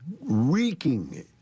reeking